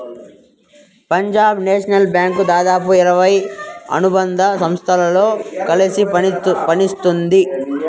Punjab National Bank దాదాపు ఇరవై అనుబంధ సంస్థలతో కలిసి పనిత్తోంది